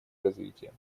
развития